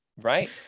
Right